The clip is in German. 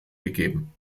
gegeben